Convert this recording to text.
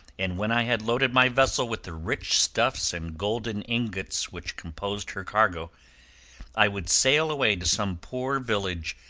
and when i had loaded my vessel with the rich stuffs and golden ingots which composed her cargo i would sail away to some poor village,